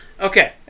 Okay